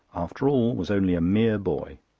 after all, was only a mere boy.